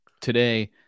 today